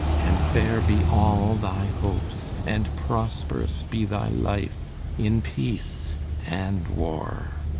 and faire be all thy hopes, and prosperous be thy life in peace and warre.